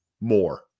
more